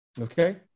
Okay